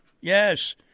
yes